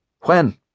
When